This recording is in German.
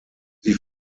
sie